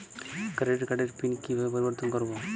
Credit কার্ডের pin কিভাবে পরিবর্তন করবো?